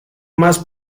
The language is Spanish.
más